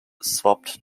swapped